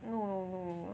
no no no no